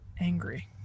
angry